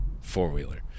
four-wheeler